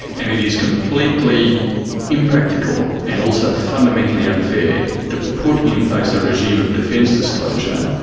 and it is completely impractical and also fundamentally unfair to put in place a regime of defence disclosure,